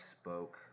spoke